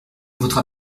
votre